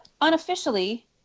unofficially